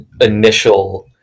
initial